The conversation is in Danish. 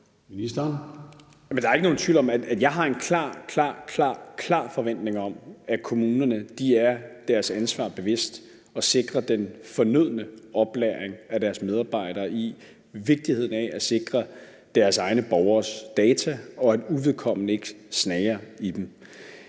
Der er ikke nogen tvivl om, at jeg har en klar, klar forventning om, at kommunerne er deres ansvar bevidst og sikrer den fornødne oplæring af deres medarbejdere i vigtigheden af at sikre deres egne borgeres data, og at uvedkommende ikke snager i dem.